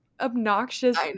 Obnoxious